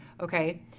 okay